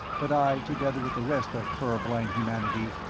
but i, together with the rest of pur-blind humanity,